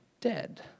dead